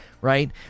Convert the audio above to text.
right